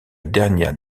dernière